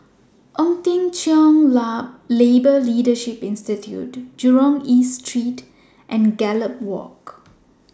Ong Teng Cheong Labour Leadership Institute Jurong East Street and Gallop Walk